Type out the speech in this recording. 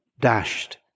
dashed